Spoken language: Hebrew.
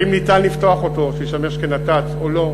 האם ניתן לפתוח אותו שישמש כנת"צ או לא,